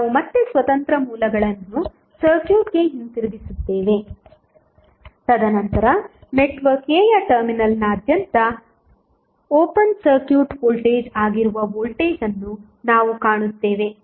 ಆದ್ದರಿಂದ ನಾವು ಮತ್ತೆ ಸ್ವತಂತ್ರ ಮೂಲಗಳನ್ನು ಸರ್ಕ್ಯೂಟ್ಗೆ ಹಿಂತಿರುಗಿಸುತ್ತೇವೆ ತದನಂತರ ನೆಟ್ವರ್ಕ್ a ಯ ಟರ್ಮಿನಲ್ನಾದ್ಯಂತ ಓಪನ್ ಸರ್ಕ್ಯೂಟ್ ವೋಲ್ಟೇಜ್ ಆಗಿರುವ ವೋಲ್ಟೇಜ್ ಅನ್ನು ನಾವು ಕಾಣುತ್ತೇವೆ